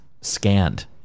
scanned